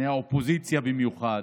מהאופוזיציה במיוחד,